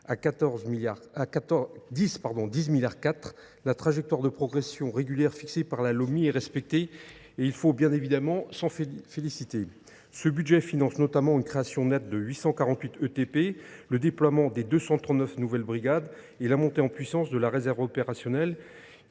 à 10,4 milliards d’euros, la trajectoire de progression régulière fixée par la Lopmi est respectée. Il faut évidemment s’en féliciter. Ce budget finance notamment la création nette de 848 ETP, le déploiement des 239 nouvelles brigades, et la montée en puissance de la réserve opérationnelle,